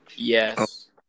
Yes